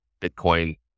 Bitcoin